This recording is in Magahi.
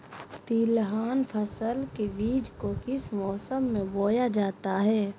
तिलहन फसल के बीज को किस मौसम में बोया जाता है?